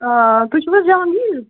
آ تُہۍ چھُو حظ جہانٛگیر